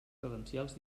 credencials